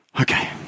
Okay